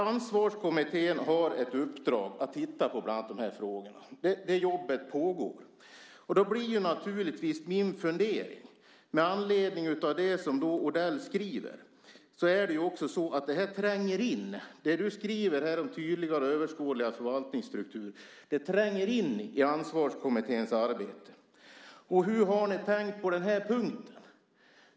Ansvarskommittén har ett uppdrag att titta på bland annat de här frågorna. Det jobbet pågår. Då blir naturligtvis min fundering med anledning av det Odell skriver följande: Det här tränger ju in. Det du skriver här om tydligare och mer överskådliga förvaltningsstruktur tränger in i Ansvarskommitténs arbete. Hur har ni tänkt på den här punkten?